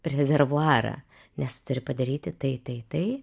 rezervuarą nes turi padaryti tai tai tai